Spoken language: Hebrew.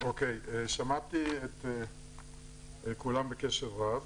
שמעתי את כולם בקשב רב,